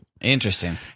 Interesting